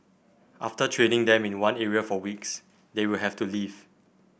after training them in one area for weeks they will have to leave